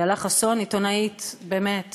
איילה חסון עיתונאית באמת